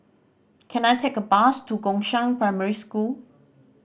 can I take a bus to Gongshang Primary School